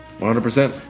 100%